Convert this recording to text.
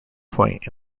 point